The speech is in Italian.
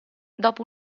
dopo